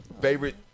Favorite